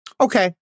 okay